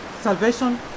Salvation